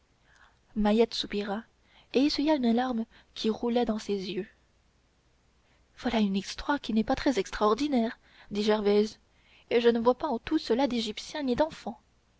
mahiette soupira et essuya une larme qui roulait dans ses yeux voilà une histoire qui n'est pas très extraordinaire dit gervaise et je ne vois pas en tout cela d'égyptiens ni d'enfants